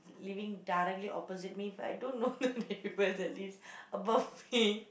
living directly opposite me but I do know the neighbour that lives above me